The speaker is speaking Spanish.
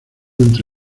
entre